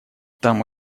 там